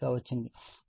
కాబట్టి ఈ విలువ Ic 6